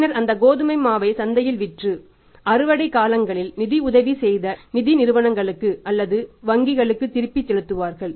பின்னர் அந்த கோதுமை மாவை சந்தையில் விற்று அறுவடைக் காலங்களில் நிதி உதவி செய்த நிதி நிறுவனம் அல்லது வங்கிகளுக்கு திருப்பி செலுத்துவார்கள்